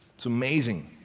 it's amazing.